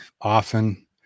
often